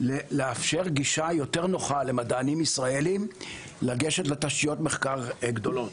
לאפשר גישה יותר נוחה למדענים ישראלים לתשתיות מחקר גדולות.